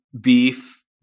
beef